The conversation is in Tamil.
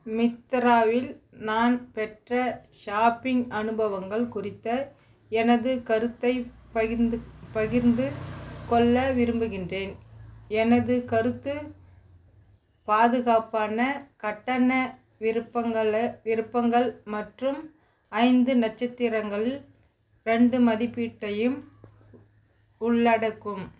மித்தராவில் நான் பெற்ற ஷாப்பிங் அனுபவங்கள் குறித்த எனது கருத்தை பகிர்ந்து பகிர்ந்து கொள்ள விரும்புகின்றேன் எனது கருத்து பாதுகாப்பான கட்டண விருப்பங்களை விருப்பங்கள் மற்றும் ஐந்து நட்சத்திரங்களில் ரெண்டு மதிப்பீட்டையும் உள்ளடக்கும்